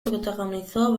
protagonizó